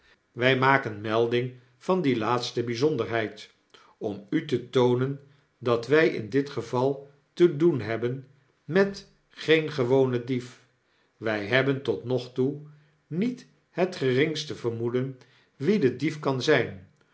wij maken melding van die laatste byzonderheid om u te toonen dat wy in dit geval te doen hebben met geen gewonen dief wy hebben tot nog toe niet het geringste vermoeden wie de dief zijn kan